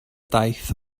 daith